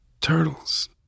turtles